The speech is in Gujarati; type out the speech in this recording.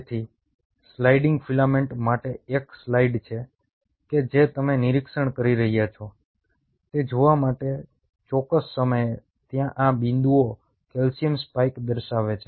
તેથી તેથી સ્લાઇડિંગ ફિલામેન્ટ માટે એક સ્લાઇડ છે કે જે તમે નિરીક્ષણ કરી રહ્યા છો તે જોવા માટે ચોક્કસ સમયે ત્યાં આ બિંદુઓ કેલ્શિયમ સ્પાઇક દર્શાવે છે